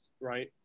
right